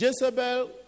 Jezebel